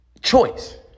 choice